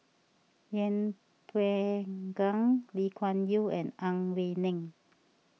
Yeng Pway Ngon Lee Kuan Yew and Ang Wei Neng